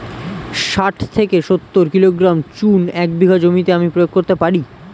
শাঠ থেকে সত্তর কিলোগ্রাম চুন এক বিঘা জমিতে আমি প্রয়োগ করতে পারি?